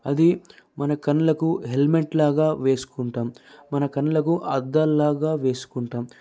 అది మన కళ్లకు హెల్మెట్లాగా వేసుకుంటాం మన కళ్ళకు అద్దాలలాగా వేసుకుంటాం